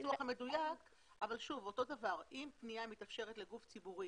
אם פנייה מתאפשרת לגוף ציבורי